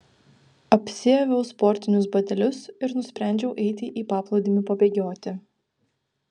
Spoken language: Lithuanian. apsiaviau sportinius batelius ir nusprendžiau eiti į paplūdimį pabėgioti